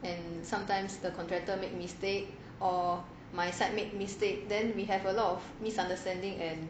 and sometimes the contractor make mistake or my side make mistake then we have a lot of misunderstanding and